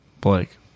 blake